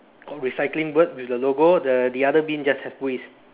got recycling word with the logo the the other bin just have waste